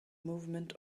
movement